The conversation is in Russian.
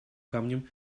камнем